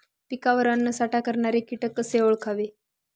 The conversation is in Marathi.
पिकावर अन्नसाठा करणारे किटक कसे ओळखावे?